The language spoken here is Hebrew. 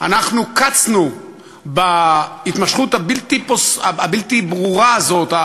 אנחנו קצנו בהתמשכות הבלתי-ברורה הזאת,